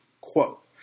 Quote